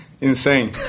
insane